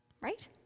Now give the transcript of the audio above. right